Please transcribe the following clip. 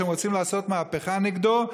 שרוצים לעשות מהפכה נגדו.